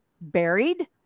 buried